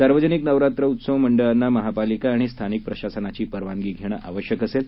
सार्वजनिक नवरात्र उत्सव मंडळांना महापालिका आणि स्थानिक प्रशासनाची परवानगी घेणं आवश्यक आहे